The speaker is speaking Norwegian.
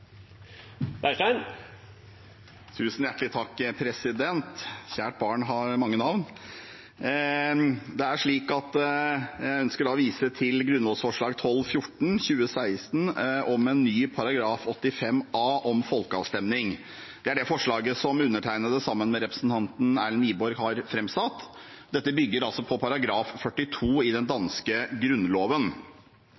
Leirstein! Tusen hjertelig takk, president. Kjært barn har mange navn! Jeg ønsker å vise til grunnlovsforslag 12:14 for 2015–2016, om en ny § 85 a, om folkeavstemning. Det er det forslaget som undertegnede, sammen med representanten Erlend Wiborg, har framsatt, og som bygger på § 42 i den